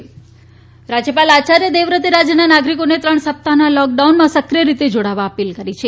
રાજયપાલ રાજયપાલ આયાર્ય દેવવ્રતે રાજયના નાગરીકોને ત્રણ સપ્તાહના લોક ડાઉનમાં સક્રીય રીતે જોડાવા અપીલ કરી છે